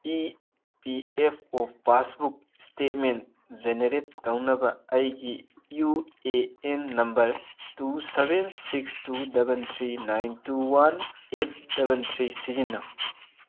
E P F O passbook statement generate ꯇꯧꯅꯕ ꯑꯩꯒꯤ U A N number two seven six two double three nine two one eight double three ꯁꯤꯖꯤꯟꯅꯧ